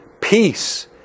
peace